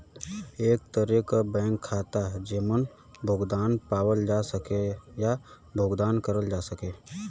एक तरे क बैंक खाता जेमन भुगतान पावल जा सके या भुगतान करल जा सके